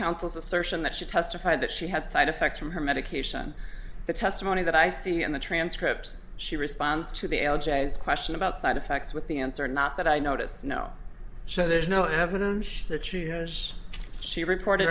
counsel's assertion that she testified that she had side effects from her medication the testimony that i see in the transcript she responds to the l j is question about side effects with the answer not that i noticed no so there's no evidence that years she reported